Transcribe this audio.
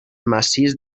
massís